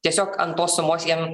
tiesiog ant tos sumos jiem